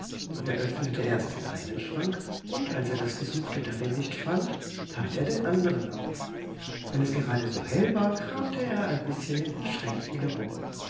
öffnete erst den einen schrank und als er das gesuchte darin nicht fand tat er den andern auf weil es gerade so hell war kramte er ein bißchen in den schränken herum